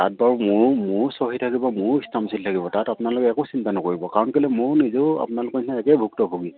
তাত বাৰু ময়ো ময়ো চহী থাকিব ময়ো ষ্টেম্প চিল থাকিব তাত আপোনালোকে একো চিন্তা নকৰিব কাৰণ কেলে মোৰ নিজেও আপোনালোকৰ নিচিনা একে ভুক্ত ভোগী